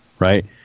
Right